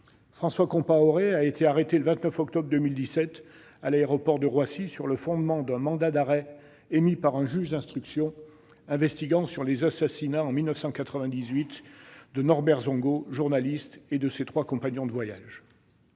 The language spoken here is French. François Compaoré a été arrêté le 29 octobre 2017 à l'aéroport de Roissy sur le fondement d'un mandat d'arrêt émis par un juge d'instruction investiguant sur les assassinats, en 1998, de Norbert Zongo, journaliste, et de ses trois compagnons de voyage.